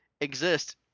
Exist